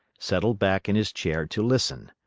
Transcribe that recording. settled back in his chair to listen.